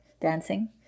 dancing